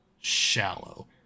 shallow